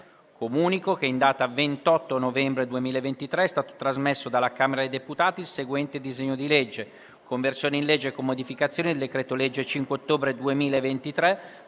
Comunico che in data 28 novembre 2023 è stato trasmesso dalla Camera dei deputati il seguente disegno di legge: «Conversione in legge, con modificazioni, del decreto-legge 5 ottobre 2023,